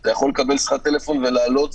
אתה יכול לקבל שיחת טלפון ולעלות,